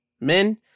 men